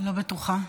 לא בטוחה.